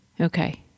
Okay